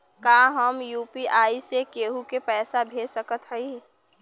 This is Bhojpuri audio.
का हम यू.पी.आई से केहू के पैसा भेज सकत हई?